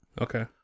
Okay